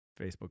facebook